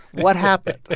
what happened?